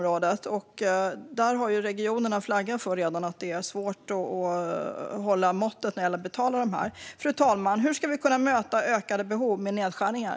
Regionerna har redan flaggat för att det är svårt att hålla måttet när det gäller att betala för dessa. Fru talman! Hur ska vi kunna möta ökade behov med nedskärningar?